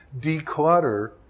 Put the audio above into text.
declutter